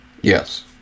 Yes